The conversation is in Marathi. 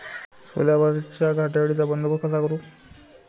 सोल्यावरच्या घाटे अळीचा बंदोबस्त कसा करू?